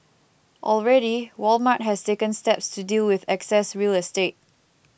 already Walmart has taken steps to deal with excess real estate